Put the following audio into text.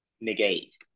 negate